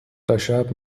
تاشب